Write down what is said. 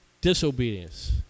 disobedience